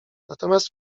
natomiast